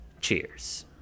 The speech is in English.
Cheers